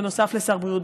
בנוסף לשר בריאות,